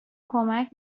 کمک